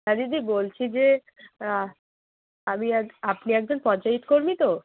হ্যাঁ দিদি বলছি যে আমি এক আপনি একজন পঞ্চায়েত কর্মী তো